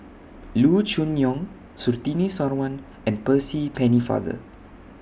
Loo Choon Yong Surtini Sarwan and Percy Pennefather